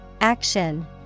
Action